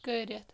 کٔرِتھ